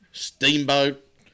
Steamboat